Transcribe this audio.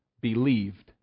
believed